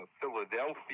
Philadelphia